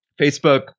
facebook